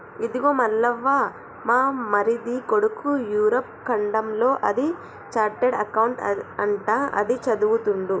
ఇదిగో మల్లవ్వ మా మరిది కొడుకు యూరప్ ఖండంలో అది చార్టెడ్ అకౌంట్ అంట అది చదువుతుండు